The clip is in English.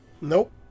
Nope